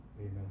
amen